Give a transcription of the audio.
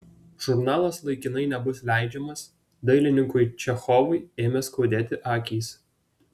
žurnalas laikinai nebus leidžiamas dailininkui čechovui ėmė skaudėti akys